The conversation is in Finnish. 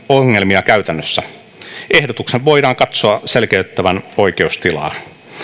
ongelmia käytännössä ehdotuksen voidaan katsoa selkeyttävän oikeustilaa